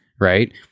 right